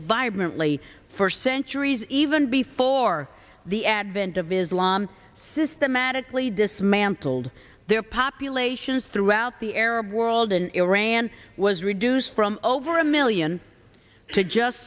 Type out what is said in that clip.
vibrantly for centuries even before the advent of islam systematically dismantled their populations throughout the arab world in iran was reduced from over a million to just